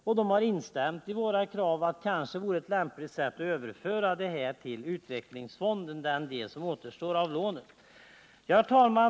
Man har instämt i våra krav och anser att det kanske vore ett lämpligt sätt att till Utvecklingsfonden överföra den del som återstår av lånet. Herr talman!